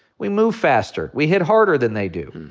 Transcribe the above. we move faster. we hit harder than they do.